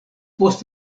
post